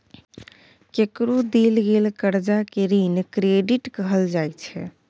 केकरो देल गेल करजा केँ ऋण क्रेडिट कहल जाइ छै